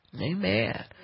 Amen